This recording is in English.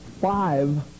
five